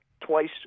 twice